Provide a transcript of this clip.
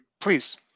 Please